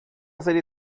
serie